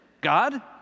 God